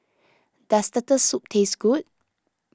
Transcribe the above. does Turtle Soup taste good